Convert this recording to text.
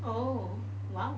oh !wow!